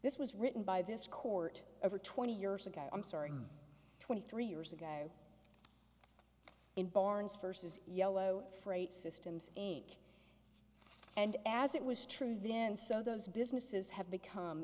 this was written by this court over twenty years ago i'm sorry twenty three years ago in barnes versus yellow freight systems age and as it was true then so those businesses have become